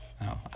no